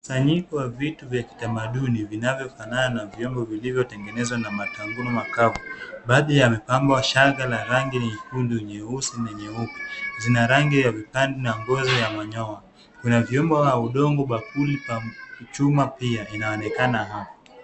Mkusanyiko wa vitu vya kitamaduni vinavyofanana na vyombo vilivyotengenezwa na matanguo makavu. Baadhi yamepambwa shanga lna rangi nyekundu, nyeusi na nyeupe. Zina rangi ya vipandi na ngozi ya manyoya. Kuna vyombo wa udongo ubavuni. Chuma pia inaonekana hapo.